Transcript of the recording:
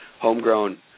homegrown